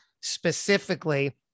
specifically